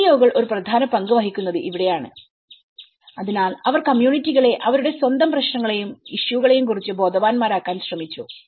എൻജിഒകൾ ഒരു പ്രധാന പങ്ക് വഹിക്കുന്നത് ഇവിടെയാണ് അതിനാൽ അവർ കമ്മ്യൂണിറ്റികളെ അവരുടെ സ്വന്തം പ്രശ്നങ്ങളെയും ഇഷ്യൂകളെയും കുറിച്ച് ബോധവാന്മാരാക്കാൻ ശ്രമിച്ചു